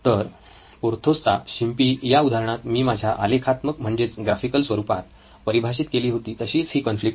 तर पोर्थोस चा शिंपी या उदाहरणात मी माझ्या आलेखात्मक म्हणजेच ग्राफिकल स्वरूपात परिभाषित केली होती तशीच ही कॉन्फ्लिक्ट